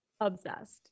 obsessed